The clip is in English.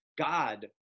God